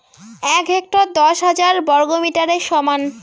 এক হেক্টর দশ হাজার বর্গমিটারের সমান